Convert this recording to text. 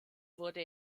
wurde